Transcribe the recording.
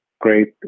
Great